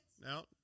No